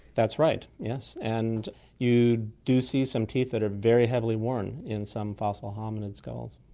that's right, yes, and you do see some teeth that are very heavily worn in some fossil hominid skulls.